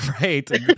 Right